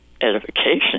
edification